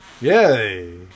Yay